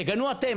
תגנו אתם.